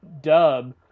dub